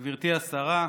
היושב-ראש, גברתי השרה,